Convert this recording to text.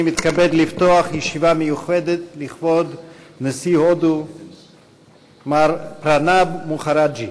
אני מתכבד לפתוח ישיבה מיוחדת לכבוד נשיא הודו מר פרנב מוקהרג'י.